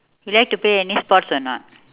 you like to play any sports or not